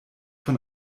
von